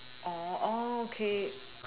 oh okay